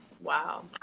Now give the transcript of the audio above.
Wow